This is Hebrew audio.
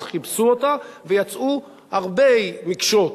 אז כיבסו אותה ויצאו הרבה מקשות,